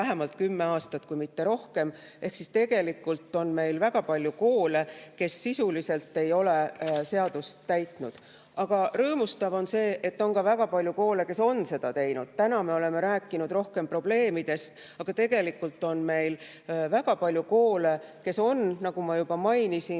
vähemalt kümme aastat, kui mitte rohkem. Tegelikult aga on meil väga palju koole, kes sisuliselt ei ole seadust täitnud. Aga rõõmustav on see, et on ka väga palju koole, kes on seda teinud. Täna me oleme rääkinud rohkem probleemidest, aga tegelikult on meil väga palju koole, kes on, nagu ma juba mainisin,